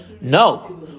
No